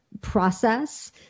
process